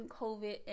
COVID